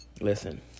Listen